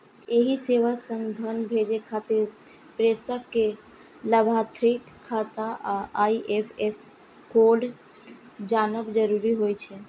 एहि सेवा सं धन भेजै खातिर प्रेषक कें लाभार्थीक खाता आ आई.एफ.एस कोड जानब जरूरी होइ छै